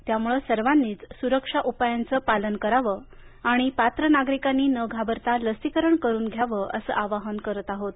त्यामुळे सर्वांनीच सुरक्षा उपायांचं पालन करावं आणि पात्र नागरिकांनी न घाबरता लसीकरण करून घ्यावं असं आवाहन करत आहोत